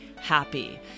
happy